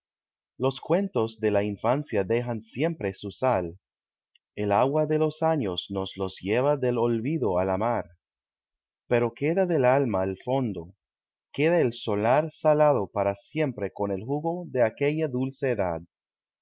los cuentos de la infancia dejan siempre su sal el agua de los años nos los lleva del olvido á la mar pero queda del alma el fondo queda el solar salado para siempre con el jugo de aquella dulce edad